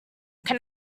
can